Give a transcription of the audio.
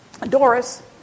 Doris